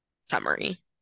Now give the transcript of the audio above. summary